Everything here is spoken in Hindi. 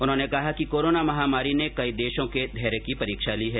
उन्होंने कहा कि कोरोना महामारी ने कई देशों के धैर्य की परीक्षा ली है